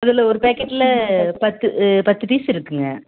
அதில் ஒரு பேக்கெட்டில் பத்து பத்து பீஸ் இருக்குங்க